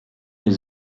his